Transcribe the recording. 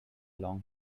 long